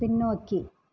பின்னோக்கி